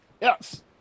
Yes